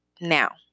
Now